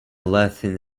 laughing